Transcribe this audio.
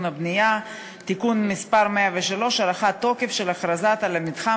והבנייה (תיקון מס' 103) הארכת תוקף של הכרזה על מתחם